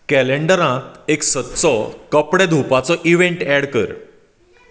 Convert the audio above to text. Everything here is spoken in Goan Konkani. कॅलेंडरांत एक सदचो कपडे धुवपाचो इवँट ऍड कर